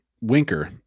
Winker